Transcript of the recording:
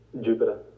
Jupiter